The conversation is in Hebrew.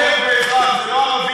זה שוטר ואזרח,